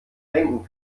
denken